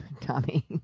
Tommy